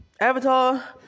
Avatar